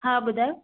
हा ॿुधायो